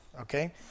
Okay